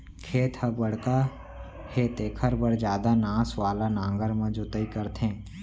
खेत ह बड़का हे तेखर बर जादा नास वाला नांगर म जोतई करथे